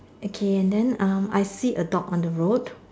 okay and then um I see a dog on the road